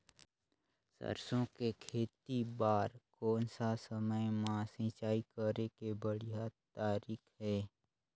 सरसो के खेती बार कोन सा समय मां सिंचाई करे के बढ़िया तारीक हे?